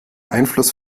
einfluss